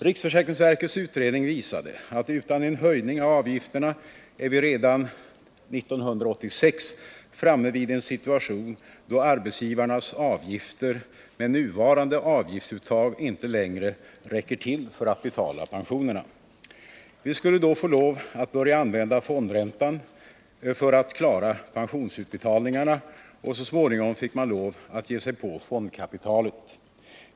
Riksförsäkringsverkets utredning visade att utan en höjning av avgifterna är vi redan 1986 framme vid en situation, då arbetsgivarnas avgifter med nuvarande avgiftsuttag inte längre räcker till för att betala pensionerna. Vi skulle då få lov att börja använda fondräntan för att klara pensionsutbetalningarna, och så småningom skulle man få lov att ge sig på fondkapitalet.